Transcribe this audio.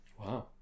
Wow